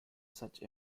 such